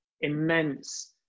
immense